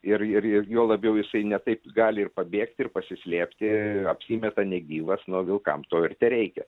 ir ir ir juo labiau jisai ne taip gali ir pabėgti ir pasislėpti apsimeta negyvas nu o vilkam to ir tereikia